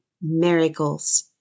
miracles